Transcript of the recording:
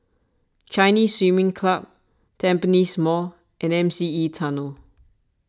Chinese Swimming Club Tampines Mall and M C E Tunnel